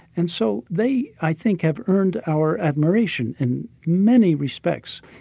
and so they, i think, have earned our admiration in many respects,